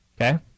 Okay